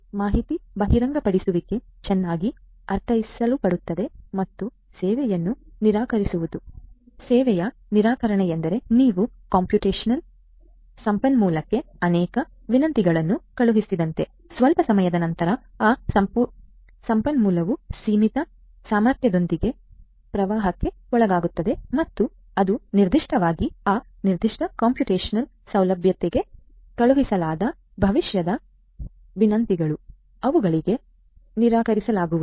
ಮಾಹಿತಿ ಬಹಿರಂಗಪಡಿಸುವಿಕೆಯು ಚೆನ್ನಾಗಿ ಅರ್ಥೈಸಲ್ಪಟ್ಟಿದೆ ಮತ್ತು ಸೇವೆಯನ್ನು ನಿರಾಕರಿಸುವುದು ಸೇವೆಯ ನಿರಾಕರಣೆ ಎಂದರೆ ನೀವು ಕಂಪ್ಯೂಟೇಶನಲ್ ಸಂಪನ್ಮೂಲಕ್ಕೆ ಅನೇಕ ವಿನಂತಿಗಳನ್ನು ಕಳುಹಿಸಿದಂತೆ ಸ್ವಲ್ಪ ಸಮಯದ ನಂತರ ಆ ಸಂಪನ್ಮೂಲವು ಸೀಮಿತ ಸಾಮರ್ಥ್ಯದೊಂದಿಗೆ ಪ್ರವಾಹಕ್ಕೆ ಒಳಗಾಗುತ್ತದೆ ಮತ್ತು ಅದು ನಿರ್ದಿಷ್ಟವಾಗಿ ಆ ನಿರ್ದಿಷ್ಟ ಕಂಪ್ಯೂಟೇಶನಲ್ ಸೌಲಭ್ಯಕ್ಕೆ ಕಳುಹಿಸಲಾದ ಭವಿಷ್ಯದ ವಿನಂತಿಗಳು ಅವುಗಳಿಗೆ ಹೋಗುತ್ತವೆ ನಿರಾಕರಿಸಲಾಗುವುದು